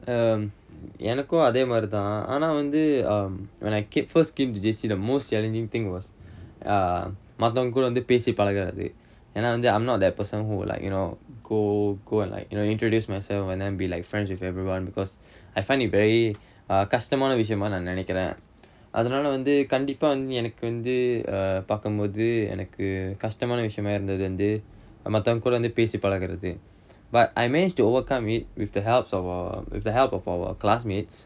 எனக்கும் அதே மாரிதான் ஆனா வந்து:enakkum athae maarithaan aanaa vanthu when I keep first came to J_C the most challenging thing was a மத்தவங்க கூட வந்து பேசி பழகுறது ஏனா வந்து:mathavanga kooda vanthu pesi palagurathu yaenaa vanthu I'm not that person who like you know go go and like you know you introduce myself and then be like friends with everyone because I find it very கஷ்டமான விஷயமா நா நினைக்குறேன் அதுனால வந்து கண்டிப்பா வந்து நீ எனக்கு வந்து பாக்கும்போது எனக்கு கஷ்டமான விஷயமா இருந்தது வந்து மத்தவங்க கூட வந்து பேசி பழகுறது:kashtamaana vishayamaa naa ninaikkuraen athunaala vanthu kandippaa vanthu nee enakku vanthu paakkumpothu enakku kashtamaana vishayamaa irunthathu vanthu mathavanga kooda vanthu pesi palagurathu but I managed to overcome it with the help of our with the help of our classmates